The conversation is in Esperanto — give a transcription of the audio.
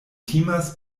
timas